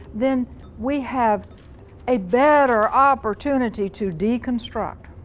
then we have a better opportunity to deconstruct,